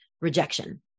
rejection